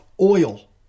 oil